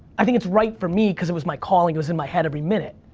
i think it's right for me cause it was my calling, it was in my head every minute.